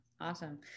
Awesome